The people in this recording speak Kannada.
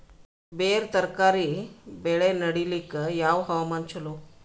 ಬೇರ ತರಕಾರಿ ಬೆಳೆ ನಡಿಲಿಕ ಯಾವ ಹವಾಮಾನ ಚಲೋ?